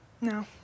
No